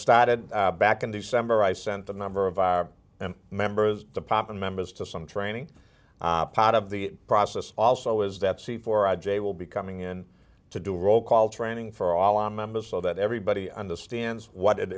started back in december i sent a number of our members to pop in members to some training part of the process also is that c four i j will be coming in to do roll call training for all our members so that everybody understands what it